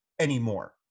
anymore